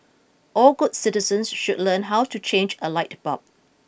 all good citizens should learn how to change a light bulb